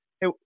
hey